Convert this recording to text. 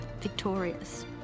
victorious